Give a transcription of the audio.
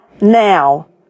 now